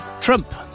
Trump